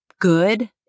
Good